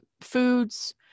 foods